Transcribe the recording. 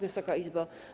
Wysoka Izbo!